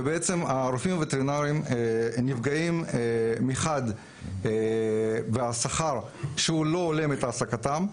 ובעצם הרופאים הווטרינרים נפגעים מחד בשכר שלא הולם את העסקתם,